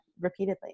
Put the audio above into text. repeatedly